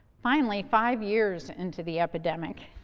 finally, five years into the epidemic,